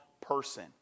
person